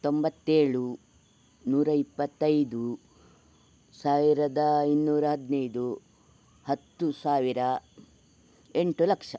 ತೊಂಬತ್ತೇಳು ನೂರ ಇಪ್ಪತ್ತೈದು ಸಾವಿರದ ಇನ್ನೂರ ಹದಿನೈದು ಹತ್ತು ಸಾವಿರ ಎಂಟು ಲಕ್ಷ